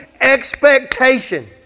expectation